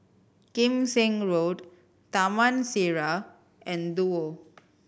Kim Seng Road Taman Sireh and Duo